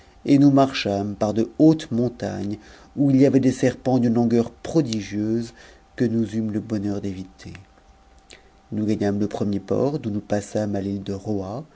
et nous marchâmes par de hautes montagnes où il y avait des serpents d'une longueur prodigieuse que nous eûmes le bonheur d'éviter nous gagnâmes le premier port d'où nous passâmes à t'iie de